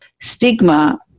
stigma